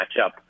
matchup